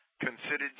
considered